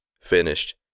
finished